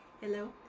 Hello